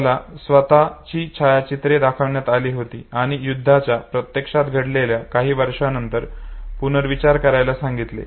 त्याला स्वतःची छायाचित्रे दाखविण्यात आली होती आणि युद्धाच्या प्रत्यक्षात घडलेल्या काही वर्षांनंतर पुनर्विचार करायला सांगितले